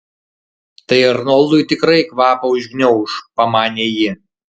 tai arnoldui tikrai kvapą užgniauš pamanė ji